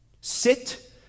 sit